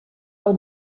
del